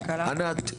ענת,